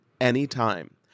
anytime